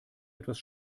etwas